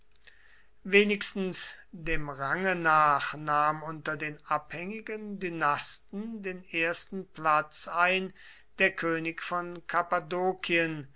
wenigstens dem range nach nahm unter den abhängigen dynasten den ersten platz ein der könig von